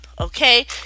okay